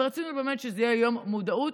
אבל רצינו באמת שזה יהיה יום מודעות,